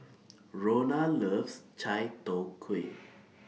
Rhona loves Chai Tow Kuay